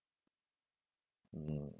hmm